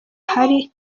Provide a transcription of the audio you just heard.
hari